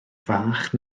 fach